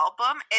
album